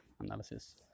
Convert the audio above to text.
analysis